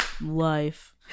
life